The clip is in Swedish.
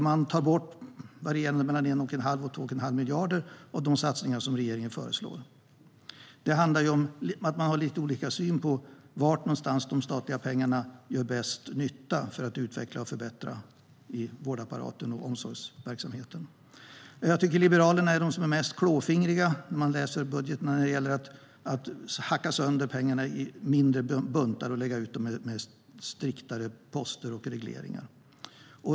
Man tar bort mellan 1 1⁄2 och 2 1⁄2 miljard av de satsningar som regeringen föreslår. Det handlar om att man har lite olika syn på var någonstans de statliga pengarna gör bäst nytta för att utveckla och förbättra vårdapparaten och omsorgsverksamheten. Liberalerna är de som är mest klåfingriga när det gäller att hacka upp pengarna i mindre buntar och lägga ut dem med riktade poster och regleringar.